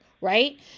right